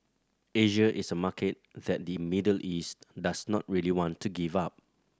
Asia is a market that the Middle East does not really want to give up